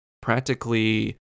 practically